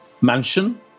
mansion